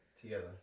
Together